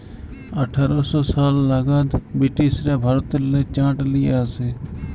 আঠার শ সাল লাগাদ বিরটিশরা ভারতেল্লে চাঁট লিয়ে আসে